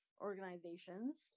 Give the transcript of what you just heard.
organizations